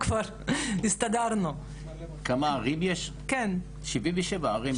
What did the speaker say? ראש עיר,